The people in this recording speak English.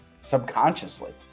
subconsciously